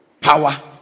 power